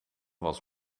was